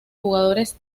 jugadores